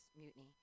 Mutiny